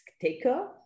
taker